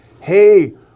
hey